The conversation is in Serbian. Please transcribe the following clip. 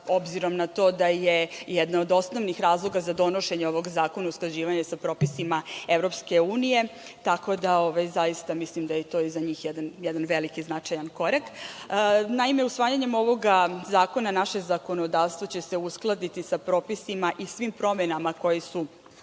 obzirom na to da je jedan od osnovnih razloga za donošenje ovog zakona usklađivanje sa propisima EU, tako da mislim da je to i za njih jedan velik i značajan korak. Naime, usvajanjem ovog zakona, naše zakonodavstvo će se uskladiti sa propisima i sa svim promenama koje su